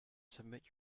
submit